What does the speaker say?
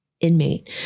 inmate